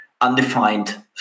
undefined